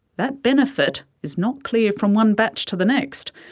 that benefit is not clear from one batch to the next.